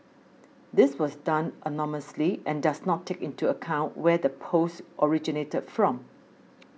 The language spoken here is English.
this was done anonymously and does not take into account where the post originated from